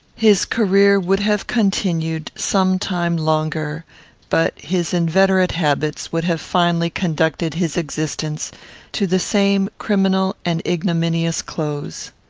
his career would have continued some time longer but his inveterate habits would have finally conducted his existence to the same criminal and ignominious close.